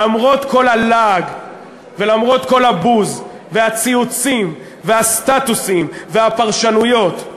למרות כל הלעג ולמרות כל הבוז והציוצים והסטטוסים והפרשנויות,